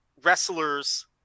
Wrestlers